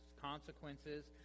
consequences